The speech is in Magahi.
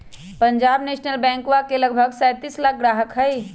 पंजाब नेशनल बैंकवा के लगभग सैंतीस लाख ग्राहक हई